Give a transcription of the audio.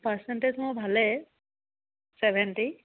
percentage মোৰ ভালে seventy